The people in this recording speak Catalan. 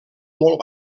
molt